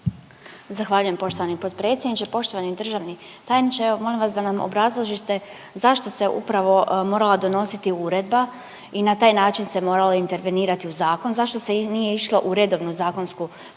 Zahvaljujem poštovani potpredsjedniče. Poštovani državni tajniče, evo molim vas da nam obrazložite zašto se upravo morala donositi Uredba i na taj način se moralo intervenirati u zakon, zašto se nije išlo u redovnu zakonsku proceduru